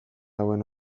hauen